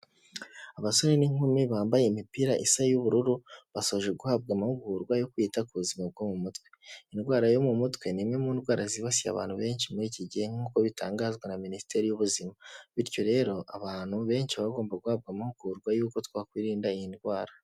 Abasore n'inkumi bambaye imipira isa y'ubururu basoje guhabwa amahugurwa yo kwita ku buzima bwo mu mutwe. Indwara yo mu mutwe ni imwe mu ndwara zibasiye abantu benshi muri iki gihe nk'uko bitangazwa na minisiteri y'ubuzima, bityo rero abantu benshi bagomba guhabwa amahugurwa y'uko twakwirinda iyi ndwara.